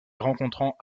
rencontrant